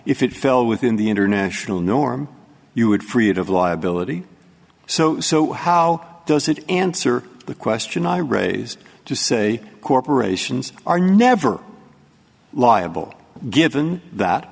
if it fell within the international norm you would free it of liability so so how does it answer the question i raised to say corporations are never liable given that